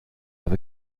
have